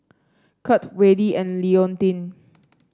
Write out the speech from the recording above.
Curt Wayde and Leontine